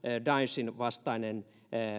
daeshin vastainen